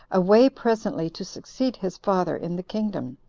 away presently to succeed his father in the kingdom,